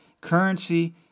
currency